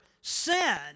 sin